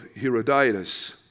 Herodotus